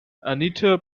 anita